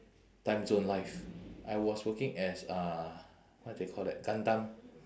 timezone life I was working as uh what they call that gundam